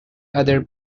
other